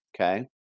Okay